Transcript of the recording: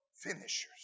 finishers